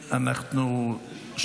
בעד ההצעה להעביר את הנושא לוועדה, 2 נגד,